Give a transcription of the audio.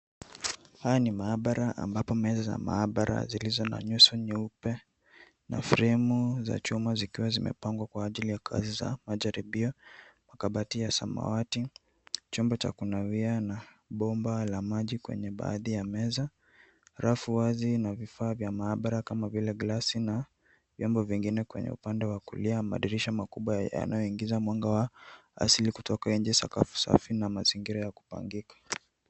Haya ni maabara ambapo meza ya maabara zilizo na nyusi nyeupe na fremu za chuma zikiwa zimepangwa kwa ajili ya majaribio. Makabati ya samawati, chumba cha kunawia na bomba la maji kwenye baadhi ya meza. Rafu wazi na vifaa vya maabara kama vile glasi na vyombo vingine kwa upande wa kulia. Madirisha makubwa yanayoingiza mwanga wa asili kutoka nje, sakafu safi na mazingira ya kupangika.